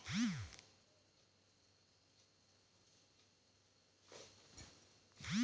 व्यावसायिक ऋण कैसे प्राप्त होगा?